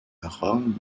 rang